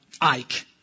Ike